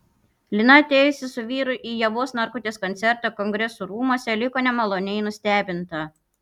lina atėjusi su vyru į ievos narkutės koncertą kongresų rūmuose liko nemaloniai nustebinta